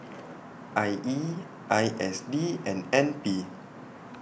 I E I S D and N P